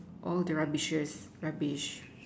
all the rubbishes rubbish